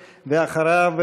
ואחריו,